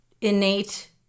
innate